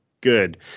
good